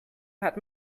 hat